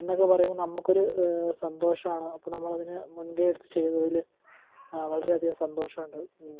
എന്നൊക്കെ പറയുമ്പോൾ നമുക്കൊരു സന്തോഷമാണ് അപ്പം നമ്മളതിന് മുൻകയ്യെടുത്ത് ചെയ്തതിൽ വളരെ അധികം സന്തോഷമുണ്ട്